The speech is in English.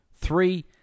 Three